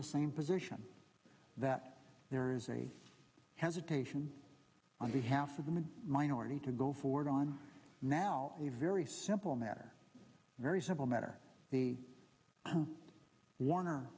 the same position that there is a hesitation on behalf of the minority to go forward on now a very simple matter very simple matter the warner